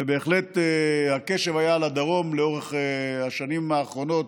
ובהחלט, הקשב היה לדרום לאורך השנים האחרונות,